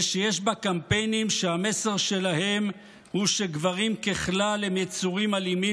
ושיש בה קמפיינים שהמסר שלהם הוא שגברים ככלל הם יצורים אלימים,